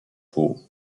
peaux